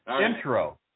Intro